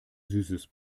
süßes